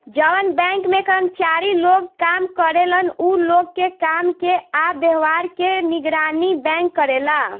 जवन बैंक में कर्मचारी लोग काम करेलन उ लोग के काम के आ व्यवहार के निगरानी बैंक करेला